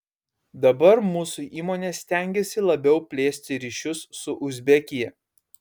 dabar mūsų įmonė stengiasi labiau plėsti ryšius su uzbekija